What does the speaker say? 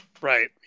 Right